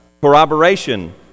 corroboration